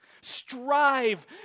strive